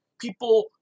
people